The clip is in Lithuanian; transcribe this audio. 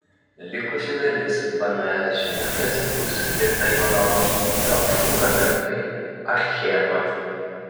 likusi dalis bns žiniomis bus skirta jonavos trąšų gamintojai achema